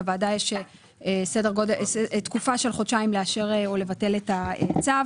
לוועדה יש תקופה של חודשיים לאשר או לבטל את הצו.